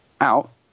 out